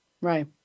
Right